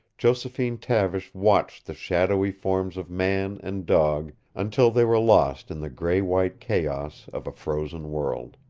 josephine tavish watched the shadowy forms of man and dog until they were lost in the gray-white chaos of a frozen world.